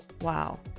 Wow